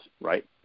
right